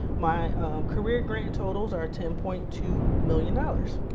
my career grant totals are ten point two million dollars.